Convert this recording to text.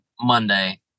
Monday